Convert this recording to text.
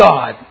God